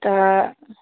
तऽ